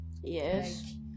Yes